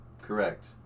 Correct